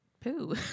poo